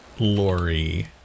Lori